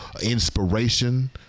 inspiration